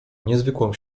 niezwykłą